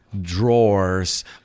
drawers